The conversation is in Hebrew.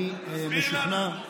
תסביר לנו.